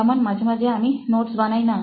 যেমন মাঝে মাঝে আমি নোটস বানাই না